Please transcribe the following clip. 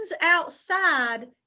outside